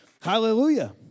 Hallelujah